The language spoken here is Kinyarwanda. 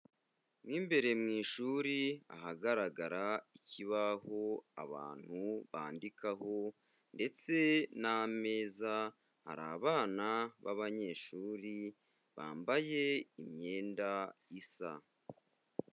Mo imbere mu ishuri ahagaragara ikibaho abantu bandikaho ndetse n'ameza, hari abana b'abanyeshuri bambaye imyenda isa.